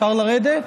אפשר לרדת?